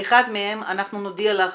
אחד מהם אנחנו נודיע לך